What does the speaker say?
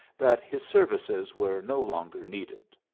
that his services were no longer needed.